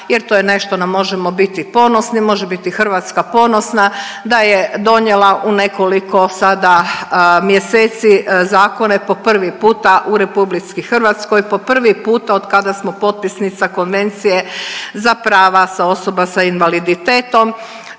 jer to je nešto da možemo biti ponosni, može biti Hrvatska ponosna da je donijela u nekoliko sada mjeseci zakone po prvi puta u Republici Hrvatskoj, po prvi puta od kada smo potpisnica Konvencije za prava osoba sa invaliditetom.